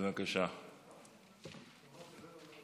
עודד פורר ביקש להיות